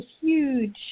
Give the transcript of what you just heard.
huge